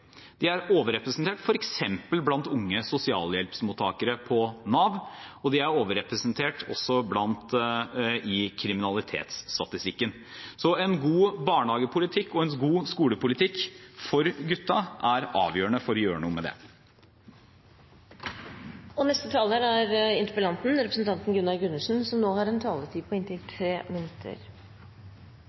De er overrepresentert f.eks. blant unge sosialhjelpsmottakere på Nav, og de er overrepresentert også i kriminalitetsstatistikken. Så en god barnehagepolitikk og en god skolepolitikk for guttene er avgjørende for å gjøre noe med det. Det syns jeg var et veldig godt svar fra statsråden. Jeg er veldig godt fornøyd med at det er fokus på